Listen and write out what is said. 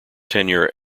tenure